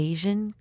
Asian